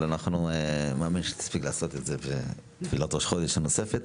אבל אני מאמין שתספיק לעשות את זה בתפילת ראש חודש נוספת.